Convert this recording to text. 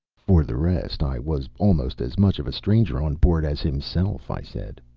for the rest, i was almost as much of a stranger on board as himself, i said.